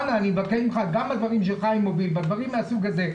גם בדברים שמוביל חבר הכנסת כץ,